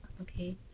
okay